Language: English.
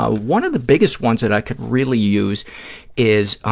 ah one of the biggest ones that i could really use is,